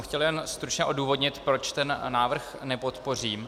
Chtěl jsem jen stručně odůvodnit, proč ten návrh nepodpořím.